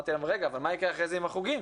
אמרתי להם, רגע, אבל מה יקרה אחרי זה עם החוגים?